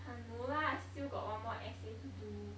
!huh! no lah still got one more essay to do